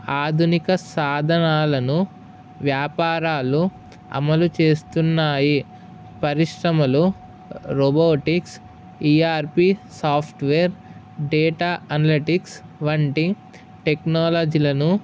ఆధునిక సాధనాలను వ్యాపారాలు అమలు చేస్తున్నాయి పరిశ్రమలు robotics ERP software data analytics వంటి టెక్నాలజీలను